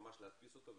להדפיס אותו,